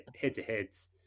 head-to-heads